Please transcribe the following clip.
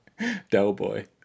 Delboy